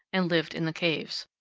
and lived in the caves.